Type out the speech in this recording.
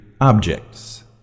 Objects